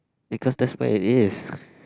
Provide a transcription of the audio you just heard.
because that's where it is